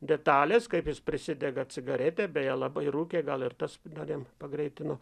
detalės kaip jis prisidega cigaretę beje labai rūkė gal ir tas dar jam pagreitino